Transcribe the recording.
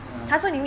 ya